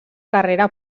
carrera